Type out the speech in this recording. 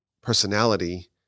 personality